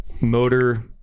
motor